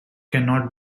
cannot